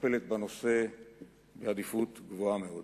מטפלת בנושא בעדיפות גבוהה מאוד.